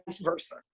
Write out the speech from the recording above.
versa